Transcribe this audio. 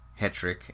Hetrick